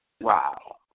Wow